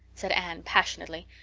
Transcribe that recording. said anne passionately.